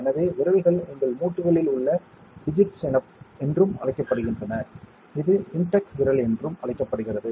எனவே விரல்கள் உங்கள் மூட்டுகளில் உள்ள டிஜிட்ஸ் என்றும் அழைக்கப்படுகின்றன இது இன்டெக்ஸ் விரல் என்றும் அழைக்கப்படுகிறது